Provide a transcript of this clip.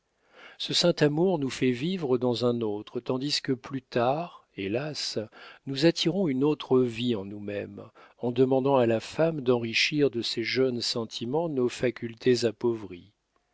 ce saint amour nous fait vivre dans un autre tandis que plus tard hélas nous attirons une autre vie en nous-mêmes en demandant à la femme d'enrichir de ses jeunes sentiments nos facultés appauvries